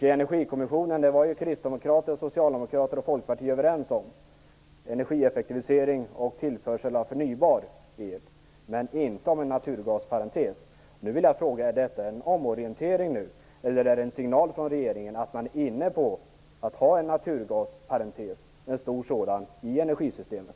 I Energikommissionen var kristdemokrater, socialdemokrater och folkpartister överens om energieffektivisering och tillförsel av förnybar el men inte om en naturgasparentes. Nu vill jag fråga: Är detta en omorientering, eller är det en signal från regeringen att man nu är inne på tanken att ha en stor naturgasparentes i energisystemet?